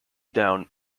down